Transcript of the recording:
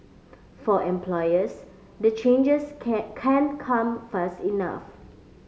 for employers the changes can can't come fast enough